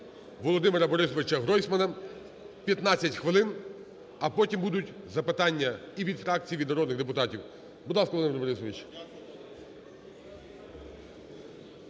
Володимира Борисовича Гройсмана (15 хвилин), а потім будуть запитання і від фракцій, від народних депутатів. Будь ласка, Володимир Борисович.